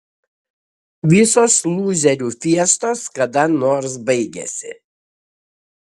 visos lūzerių fiestos kada nors baigiasi